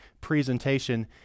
presentation